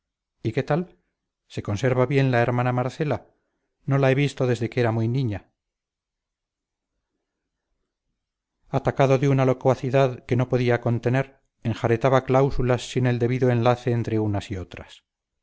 y qué tal se conserva bien la hermana marcela no la he visto desde que era muy niña atacado de una locuacidad que no podía contener enjaretaba cláusulas sin el debido enlace entre unas y otras